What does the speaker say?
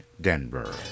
Denver